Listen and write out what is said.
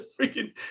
freaking